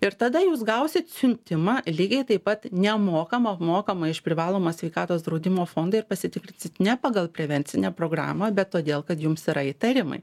ir tada jūs gausit siuntimą lygiai taip pat nemokamą apmokamą iš privalomo sveikatos draudimo fondo ir pasitikrinsit ne pagal prevencinę programą bet todėl kad jums yra įtarimai